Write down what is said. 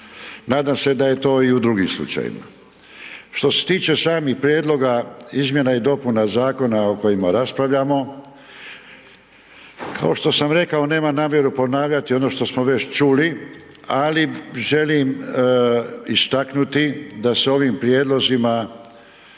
Nadam se da je to i u drugim slučajevima. Što se tiče samih prijedloga izmjena i dopuna zakona o kojima raspravljamo kao što sam rekao nemam namjeru ponavljati ono što smo već čuli, ali želim istaknuti da se ovim prijedlozima